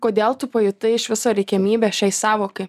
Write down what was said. kodėl tu pajutai iš viso reikiamybę šiai sąvokai